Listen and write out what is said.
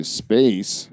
space